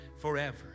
forever